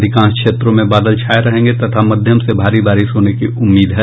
अधिकांश क्षेत्रों में बादल छाये रहेंगे तथा मध्यम से भारी बारिश होने की उम्मीद है